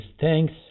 thanks